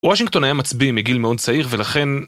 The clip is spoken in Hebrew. וושינגטון היה מצביא מגיל מאוד צעיר, ולכן...